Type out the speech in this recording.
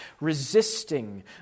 resisting